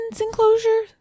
enclosure